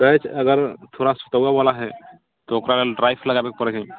catch अगर थोड़ा सुतऽवा वाला है तऽ ओकरा लेल ड्राइव लगाबऽ पड़ै छै